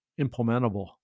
implementable